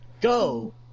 Go